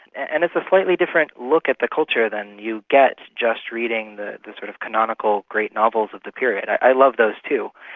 and it's a slightly different look at the culture than you get just reading the the sort of canonical great novels of the period. i love those too.